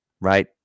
right